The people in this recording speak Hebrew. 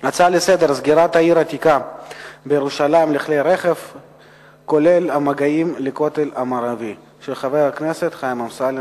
הצעה לסדר-היום מס' 2729 של חבר הכנסת חיים אמסלם,